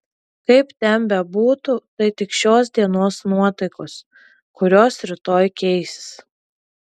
kaip ten bebūtų tai tik šios dienos nuotaikos kurios rytoj keisis